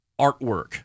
artwork